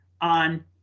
on